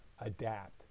adapt